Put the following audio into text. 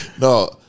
No